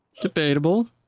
Debatable